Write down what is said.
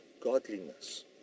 godliness